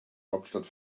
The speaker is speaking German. hauptstadt